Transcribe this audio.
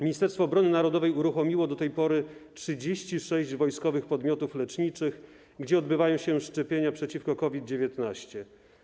Ministerstwo Obrony Narodowej uruchomiło do tej pory 36 wojskowych podmiotów leczniczych, gdzie odbywają się szczepienia przeciwko COVID-19.